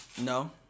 No